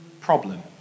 problem